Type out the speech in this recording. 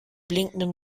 blinkenden